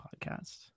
Podcast